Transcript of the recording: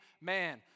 man